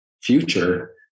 future